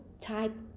type